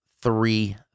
three